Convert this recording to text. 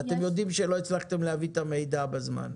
ואתם יודעים שלא הצלחתם להביא את המידע בזמן.